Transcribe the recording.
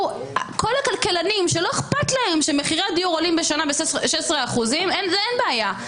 כל הכלכלנים שלא אכפת להם שמחירי הדיור עולים בשנה ב-16% - זה אין בעיה.